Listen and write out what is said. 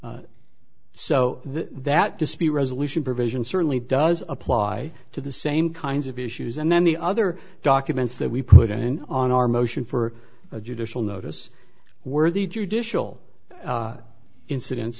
elite so that dispute resolution provision certainly does apply to the same kinds of issues and then the other documents that we put in on our motion for a judicial notice were the judicial inciden